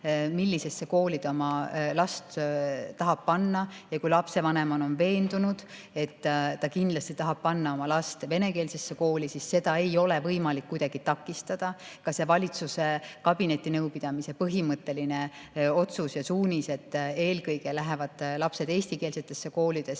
millisesse kooli ta oma last tahab panna. Ja kui lapsevanem on veendunud, et ta kindlasti tahab panna oma lapse venekeelsesse kooli, siis seda ei ole võimalik kuidagi takistada. See valitsuse kabinetinõupidamise põhimõtteline otsus ja suunised, et eelkõige lähevad lapsed eestikeelsetesse koolidesse,